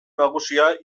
nagusia